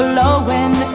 Blowing